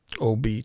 Ob